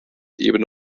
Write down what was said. ebene